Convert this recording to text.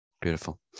Beautiful